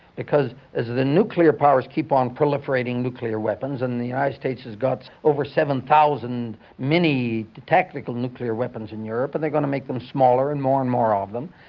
because as the nuclear powers keep on proliferating nuclear weapons, and the united states has got over seven thousand mini tactical nuclear weapons in europe, and they're going to make them smaller and more and more of them,